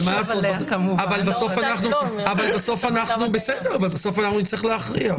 אבל בסוף אנחנו נצטרך להכריע.